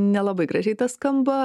nelabai gražiai skamba